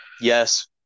Yes